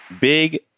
Big